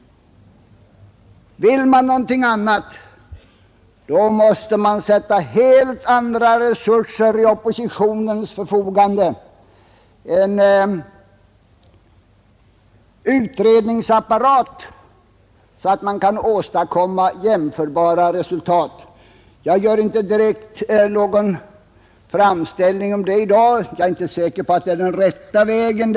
Vill man ändra denna ordning måste man ställa helt andra resurser till oppositionens förfogande, en utredningsapparat så att den kan åstadkomma jämförbara resultat. Jag gör inte direkt någon framställning om detta i dag — jag är inte heller säker på att det är den rätta vägen.